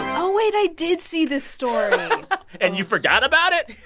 oh, wait, i did see this story and you forgot about it?